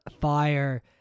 fire